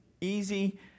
easy